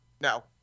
No